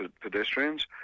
pedestrians